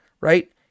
right